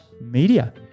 media